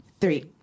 three